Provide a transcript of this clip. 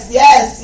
yes